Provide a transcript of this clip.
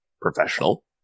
professional